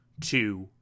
two